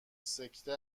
سکته